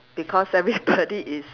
because everybody is